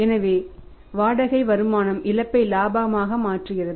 எனவே வாடகை வருமானம் இழப்பை இலாபமாக மாற்றுகிறது